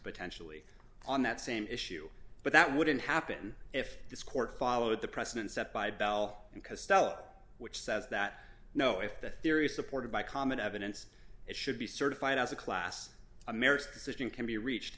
potentially on that same issue but that wouldn't happen if this court followed the precedent set by bell and costello which says that no if the theory is supported by common evidence it should be certified as a class american decision can be reached